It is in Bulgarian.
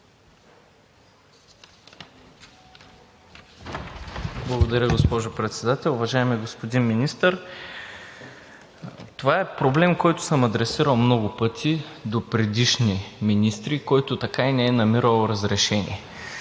Благодаря, госпожо Председател. Уважаеми господин Министър, това е проблем, който съм адресирал много пъти до предишни министри, така и не е намирал разрешение.